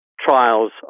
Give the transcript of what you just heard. trials